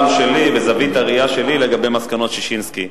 שלי וזווית הראייה שלי לגבי מסקנות ששינסקי.